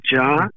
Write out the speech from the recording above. john